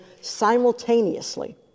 simultaneously